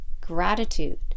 gratitude